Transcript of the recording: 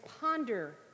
ponder